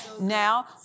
Now